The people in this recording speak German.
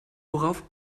worauf